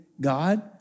God